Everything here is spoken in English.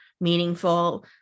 meaningful